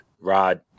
Rod